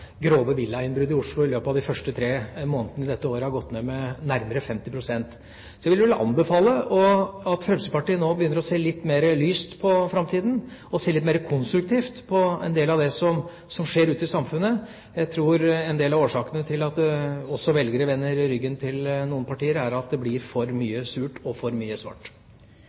grove villainnbrudd i Oslo i løpet av de første tre månedene i dette året har gått ned med nærmere 50 pst. Jeg vil anbefale Fremskrittspartiet å begynne å se litt mer lyst på framtida, og se litt mer konstruktivt på en del av det som skjer ute i samfunnet. Jeg tror at en del av årsakene til at velgere vender ryggen til noen partier, er at det blir for mye surt og for mye svart.